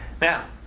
Now